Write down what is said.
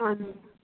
ਹਨ